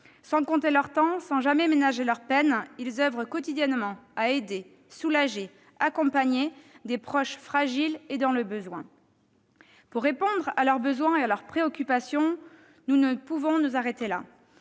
Sans compter leur temps, sans jamais ménager leur peine, ils oeuvrent quotidiennement à aider, à soulager, à accompagner des proches fragiles et dans le besoin. Pour répondre à leurs besoins et à leurs préoccupations, nous ne saurions nous arrêter là.